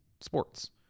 sports